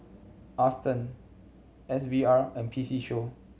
Aston S V R and P C Show